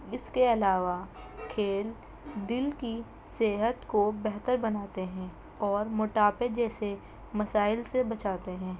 اس کے علاوہ کھیل دل کی صحت کو بہتر بناتے ہیں اور موٹاپے جیسے مسائل سے بچاتے ہیں